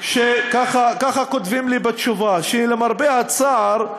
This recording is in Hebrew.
ככה כתבו לי בתשובה: "למרבה הצער,